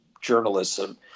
journalism